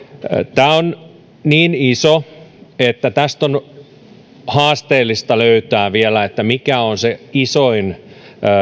tämä on niin iso että tästä on haasteellista löytää vielä että mikä on se isoin